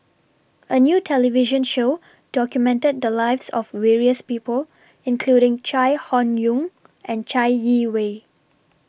A New television Show documented The Lives of various People including Chai Hon Yoong and Chai Yee Wei